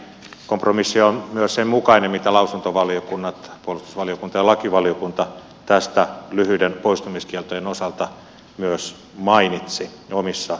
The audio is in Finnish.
kompromissi on myös sen mukainen mitä lausuntovaliokunnat puolustusvaliokunta ja lakivaliokunta lyhyiden poistumiskieltojen osalta myös mainitsivat omissa lausunnoissaan